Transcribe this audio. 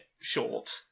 short